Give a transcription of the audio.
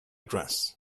dress